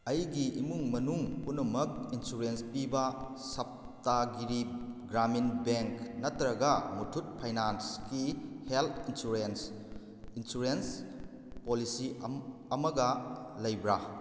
ꯑꯩꯒꯤ ꯏꯃꯨꯡ ꯃꯅꯨꯡ ꯄꯨꯝꯅꯃꯛ ꯏꯟꯁꯨꯔꯦꯟꯁ ꯄꯤꯕ ꯁꯞꯇꯥꯒꯤꯔꯤ ꯒ꯭ꯔꯥꯃꯤꯟ ꯕꯦꯡ ꯅꯠꯇ꯭ꯔꯒ ꯃꯨꯊꯨꯠ ꯐꯥꯏꯅꯥꯏꯟꯁꯀꯤ ꯍꯦꯜꯠ ꯏꯟꯁꯨꯔꯦꯟꯁ ꯏꯟꯁꯨꯔꯦꯟꯁ ꯄꯣꯂꯤꯁꯤ ꯑꯃꯒ ꯂꯩꯕ꯭ꯔꯥ